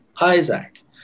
Isaac